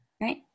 right